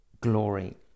glory